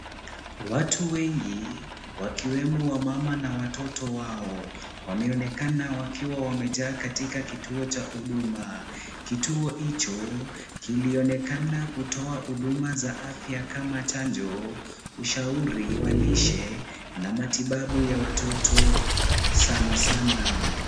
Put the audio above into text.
Watu wengi wakiwemo wamama na watoto wao, wameonekana wakiwa wamejaa katika kituo cha huduma, kituo hicho kilionekana kutoa huduma za afya kama chanjo ushauri wa lishe na matibabu ya watoto sana sana.